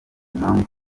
impamvu